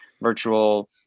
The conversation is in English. virtual